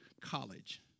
College